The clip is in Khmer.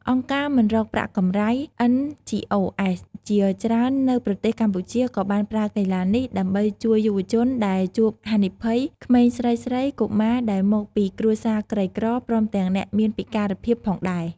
អង្គការមិនរកប្រាក់កម្រៃ NGOs ជាច្រើននៅប្រទេសកម្ពុជា ក៏បានប្រើកីឡានេះ ដើម្បីជួយយុវរជនដែលជួបហានិភ័យ ក្មេងស្រីៗ កុមារដែលមកពីគ្រួសារក្រីក្រ ព្រមទាំងអ្នកមានពិការភាពផងដែរ។